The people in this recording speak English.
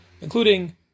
including